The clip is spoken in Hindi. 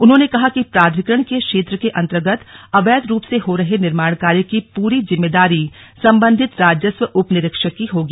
उन्होंने कहा कि प्राधिकरण के क्षेत्र के अंतर्गत अवैध रूप से हो रहे निर्माण कार्य की पूरी जिम्मेदारी संबंधित राजस्व उपनिरीक्षक की होगी